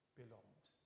belonged